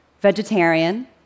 vegetarian